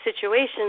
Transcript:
situations